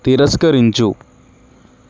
తిరస్కరించు